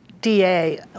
DA